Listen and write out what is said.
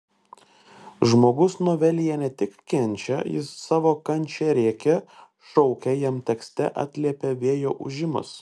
žmogus novelėje ne tik kenčia jis savo kančią rėkia šaukia jam tekste atliepia vėjo ūžimas